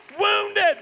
wounded